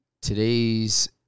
today's